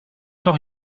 noch